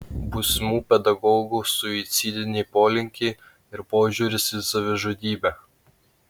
būsimų pedagogų suicidiniai polinkiai ir požiūris į savižudybę